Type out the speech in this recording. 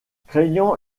craignant